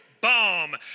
bomb